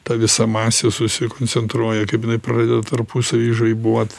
ta visa masė susikoncentruoja kaip jinai pradeda tarpusavy žaibuot